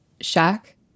Shack